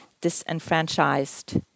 disenfranchised